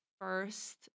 first